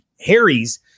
Harry's